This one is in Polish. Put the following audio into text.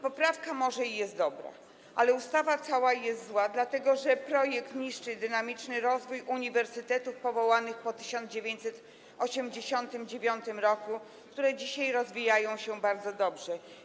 Poprawka może jest dobra, ale cała ustawa jest zła, dlatego że projekt niszczy dynamiczny rozwój uniwersytetów powołanych po 1989 r., które dzisiaj rozwijają się bardzo dobrze.